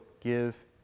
give